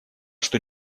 что